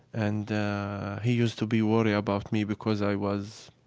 and he used to be worried about me, because i was